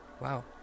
wow